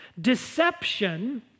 deception